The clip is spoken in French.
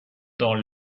dans